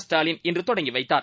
ஸ்டாலின்இன்றுதொடங்கிவைத் தார்